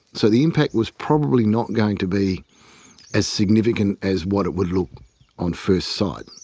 so the impact was probably not going to be as significant as what it would look on first sight,